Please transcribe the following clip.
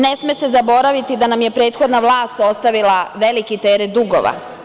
Ne sme se zaboraviti da nam je prethodna vlast ostavila veliki teret dugova.